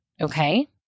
Okay